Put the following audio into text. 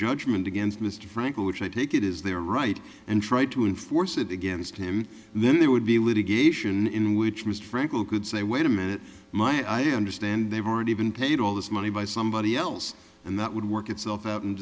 judgment against mr frankel which i take it is their right and try to enforce it against him then there would be litigation in which mr frankel could say wait a minute my understand they've already been paid all this money by somebody else and that would work itself out and